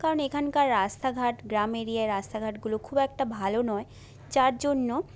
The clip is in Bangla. কারণ এখানকার রাস্তা ঘাট গ্রাম এরিয়ার রাস্তাঘাটগুলো খুব একটা ভালো নয় যার জন্য